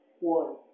One